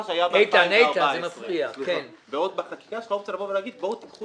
שהיה בשנת 2014. בחקיקה יש לך אופציה לבוא ולומר קחו